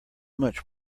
much